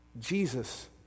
Jesus